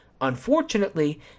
Unfortunately